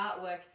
artwork